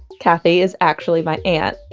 kathy is actually my aunt.